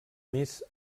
més